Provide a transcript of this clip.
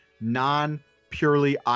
non-purely